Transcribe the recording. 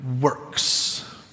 works